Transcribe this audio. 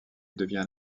devient